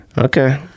Okay